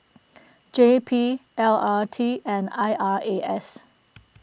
J P L R T and I R A S